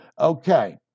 Okay